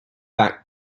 back